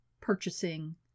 purchasing